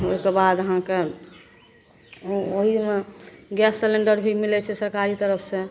ओहिके बाद अहाँके ओहिमे गैस सिलेण्डर भी मिलै छै सरकारी तरफसे